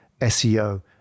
SEO